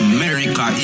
America